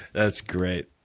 that's great.